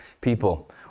people